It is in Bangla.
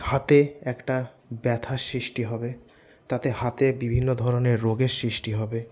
হাতে একটা ব্যথার সৃষ্টি হবে তাতে হাতে বিভিন্ন ধরনের রোগের সৃষ্টি হবে